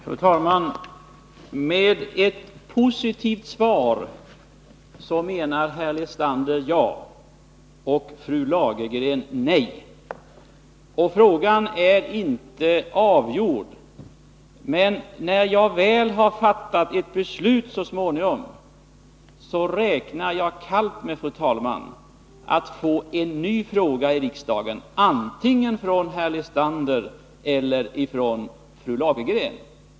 Fru talman! Med ett positivt svar menar herr Lestander ja och fru Lagergren nej. Frågan är inte avgjord, men när jag så småningom har fattat ett beslut räknar jag kallt med, fru talman, att få en ny fråga i riksdagen antingen från herr Lestander eller från fru Lagergren.